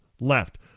left